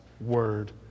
word